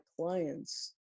clients